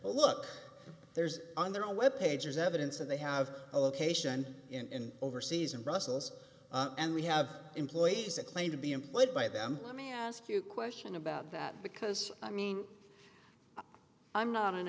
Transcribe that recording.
oh look there's on the web page is evidence that they have a location in overseas in brussels and we have employees that claim to be employed by them let me ask you a question about that because i mean i'm not an